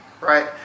right